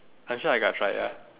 actually I got try it ya